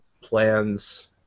plans